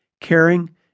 caring